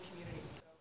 communities